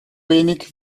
wenig